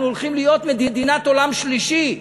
אנחנו הולכים להיות מדינת עולם שלישי,